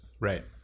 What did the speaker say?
Right